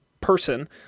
person